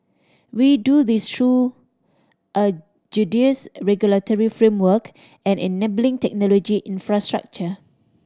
we do this through a judicious regulatory framework and enabling technology infrastructure